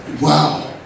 wow